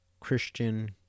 Christian